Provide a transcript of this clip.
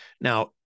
Now